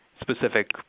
specific